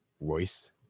royce